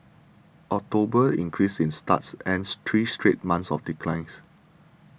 October's increase in starts ended three straight months of declines